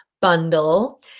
bundle